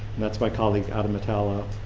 that's my colleague adam metallo